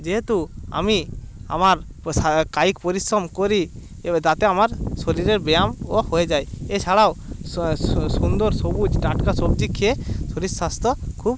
যেহেতু আমি আমার কায়িক পরিশ্রম করি তাতে আমার শরীরের ব্যায়ামও হয়ে যায় এছাড়াও সুন্দর সবুজ টাটকা সবজি খেয়ে শরীর স্বাস্থ্য খুব